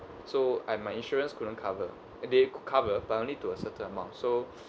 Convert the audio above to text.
so I my insurance couldn't cover they cover but only to a certain amount so